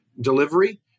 delivery